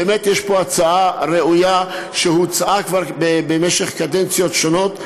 באמת יש פה הצעה ראויה שהוצעה כבר במשך קדנציות שונות,